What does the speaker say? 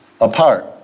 apart